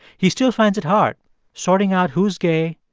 he still finds it hard sorting out who's gay,